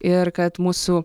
ir kad mūsų